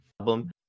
album